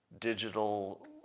digital